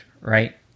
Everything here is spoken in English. right